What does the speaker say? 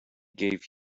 gave